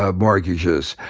ah mortgages.